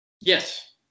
Yes